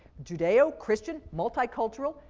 judeo-christian, multicultural.